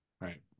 Right